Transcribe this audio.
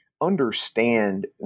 understand